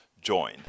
join